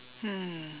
hmm